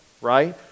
right